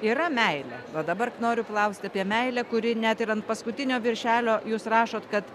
yra meilė va dabar noriu klaust apie meilę kuri net ir ant paskutinio viršelio jūs rašot kad